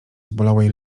zbolałej